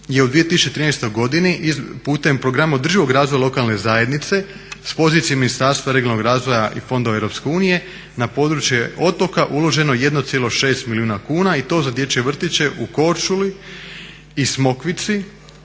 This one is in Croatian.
je u 2013. godini putem Programa održivog razvoja lokalne zajednice s pozicije Ministarstva regionalnog razvoja i fondova Europske unije na područje otoka uloženo 1,6 milijuna kuna i to za dječje vrtiće u Korčuli i Smokvici